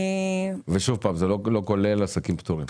ושוב זה לא כולל עסקים פטורים.